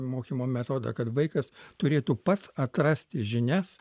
mokymo metodą kad vaikas turėtų pats atrasti žinias